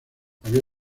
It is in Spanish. había